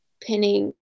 pinning